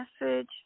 message